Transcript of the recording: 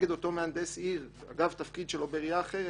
נגד אותו מהנדס עיר אגב תפקיד שלו בעירייה אחרת,